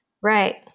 Right